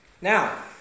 Now